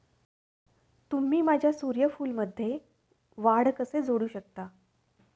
तुम्ही माझ्या सूर्यफूलमध्ये वाढ कसे जोडू शकता?